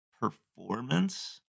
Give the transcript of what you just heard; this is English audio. performance